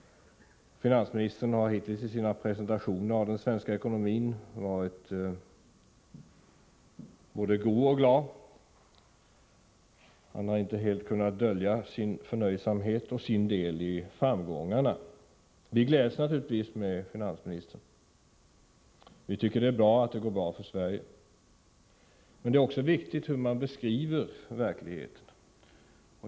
Finansministern har hittills i sina presentationer av den svenska ekonomin varit både nöjd och glad. Han har inte helt kunnat dölja sin förnöjsamhet över framgångarna och sin del i dem. Vi gläds naturligtvis med finansministern. Det är positivt att det går bra för Sverige. Men det är viktigt hur man beskriver verkligheten.